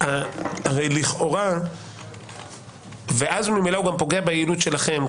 הרי לכאורה, ואז הוא ממילא גם פוגע ביעילות שלכם.